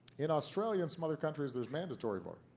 in australia, and some other countries, there's mandatory voting.